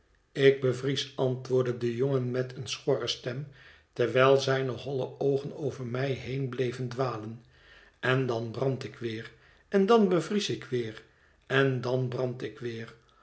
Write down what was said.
ik bevries antwoordde de jongen met een schorre stem terwijl zijne holle oogen over mij heen bleven dwalen en dan brand ik weer en dan bevries ik weer en dan brand ik weer